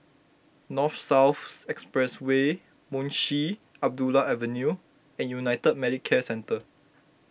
North South Expressway Munshi Abdullah Avenue and United Medicare Centre